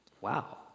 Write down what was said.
wow